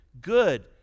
good